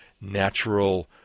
natural